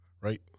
right